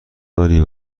داری